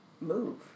move